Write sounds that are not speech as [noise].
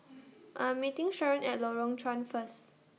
[noise] I'm meeting Sharon At Lorong Chuan First